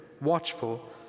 watchful